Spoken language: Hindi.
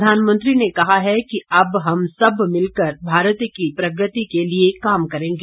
प्रधानमंत्री ने कहा है कि अब हम सब मिलकर भारत की प्रगति के लिए काम करेंगे